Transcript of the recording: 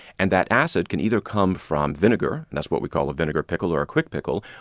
and that acid can either come from vinegar, and that's what we call a vinegar pickle or a quick pickle,